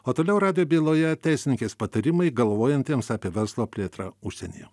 o toliau radijo byloje teisininkės patarimai galvojantiems apie verslo plėtrą užsienyje